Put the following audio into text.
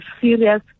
serious